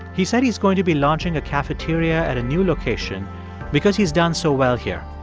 he said he's going to be launching a cafeteria at a new location because he's done so well here.